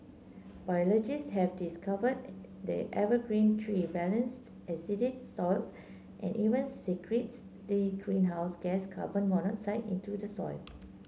biologists have discovered the evergreen tree balanced acidic soiled and even secretes the greenhouse gas carbon monoxide into the soil